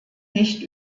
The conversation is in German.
nicht